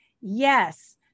Yes